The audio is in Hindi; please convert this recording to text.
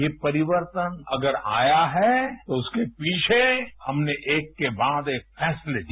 ये परिवर्तन अगर आया है तो उसके पीछे हमने एक के बाद एक फैसले लिए